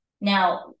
Now